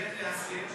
ב' להסיר.